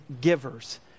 givers